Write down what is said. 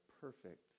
perfect